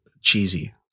cheesy